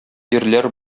ирләр